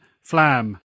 Flam